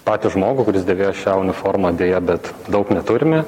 patį žmogų kuris dėvėjo šią uniformą deja bet daug neturime